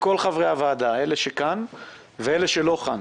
לכל חברי הוועדה, אלה שכאן ואלה שלא כאן,